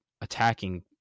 attacking